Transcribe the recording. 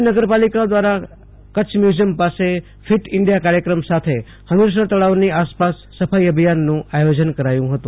ભુજ નગરપાલિકા દ્વારા કચ્છ મ્યુઝિયમ પાસે ફિટ ઈન્ડિયા કાર્યક્રમ સાથે હમીસર તળાવની આસપાસ સફાઈ અભિયાનનું આયોજન કરાયું હતું